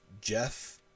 Jeff